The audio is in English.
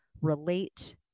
relate